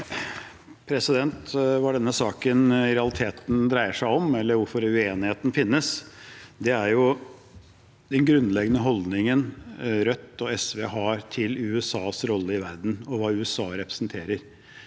saken i realiteten dreier seg om, eller hvorfor uenigheten finnes, er jo den grunnleggende holdningen Rødt og SV har til USAs rolle i verden og hva USA representerer.